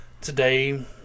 today